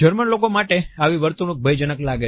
German લોકો માટે આવી વર્તણૂક ભયજનક લાગે છે